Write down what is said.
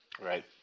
Right